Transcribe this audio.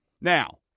Now